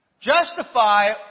Justify